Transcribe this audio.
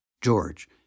George